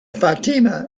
fatima